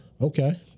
Okay